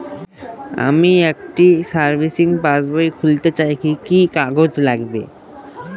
আমি একটি সেভিংস পাসবই খুলতে চাই কি কি কাগজ লাগবে?